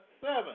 seven